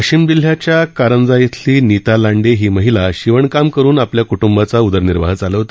वाशिम जिल्ह्याच्या कारंजा इथल्या नीता लांडे ही महिला शिवणकाम करून आपल्या कृटुंबाचा उदरनिर्वाह चालवते